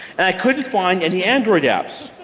i couldn't find any android app.